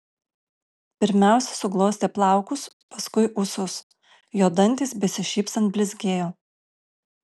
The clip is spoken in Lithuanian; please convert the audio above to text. pirmiausia suglostė plaukus paskui ūsus jo dantys besišypsant blizgėjo